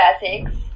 basics